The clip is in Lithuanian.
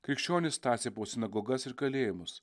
krikščionis tąsė po sinagogas ir kalėjimus